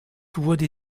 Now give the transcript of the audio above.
wurde